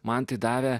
man tai davė